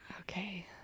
Okay